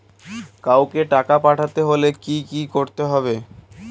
কাওকে টাকা পাঠাতে হলে কি করতে হবে?